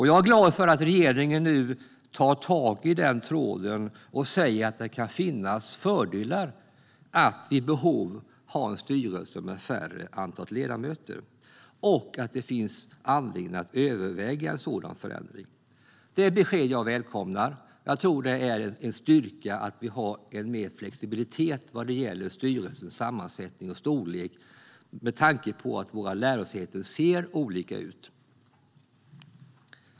Jag är glad för att regeringen tar tag i den tråden och säger att det kan finnas fördelar att vid behov ha en styrelse med färre ledamöter och att det kan finnas anledning att överväga en sådan förändring. Detta är besked jag välkomnar. Det är en styrka att ha mer flexibilitet vad gäller styrelsens sammansättning och storlek med tanke på att våra lärosäten ser olika ut.